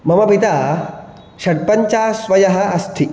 मम पिता षट् पञ्चास्वयः अस्ति